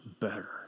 better